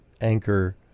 anchor